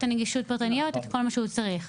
נגישות פרטנית וכל מה שהוא צריך.